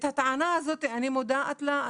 את הטענה הזאת אני מודעת לה.